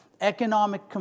economic